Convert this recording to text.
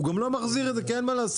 הוא גם לא מחזיר את זה כי אין מה לעשות,